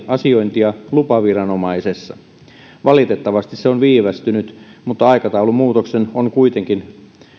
asiointia lupaviranomaisessa valitettavasti se on viivästynyt mutta aikataulumuutos on kuitenkin